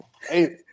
Hey